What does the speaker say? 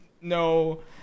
no